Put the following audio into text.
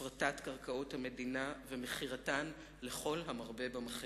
הפרטת קרקעות המדינה ומכירתן לכל המרבה במחיר.